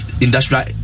industrial